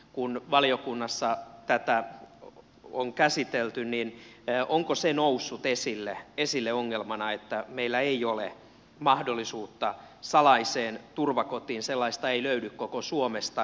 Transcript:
kun valiokunnassa tätä on käsitelty niin onko se noussut esille ongelmana että meillä ei ole mahdollisuutta salaiseen turvakotiin sellaista ei löydy koko suomesta